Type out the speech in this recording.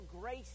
grace